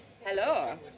Hello